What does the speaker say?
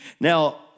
Now